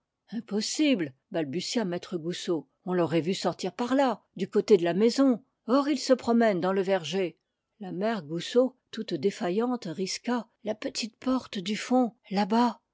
impossible balbutia maître goussot on l'aurait vu sortir par là du côté de la maison or il se promène dans le verger la mère goussot toute défaillante risqua la petite porte du fond là-bas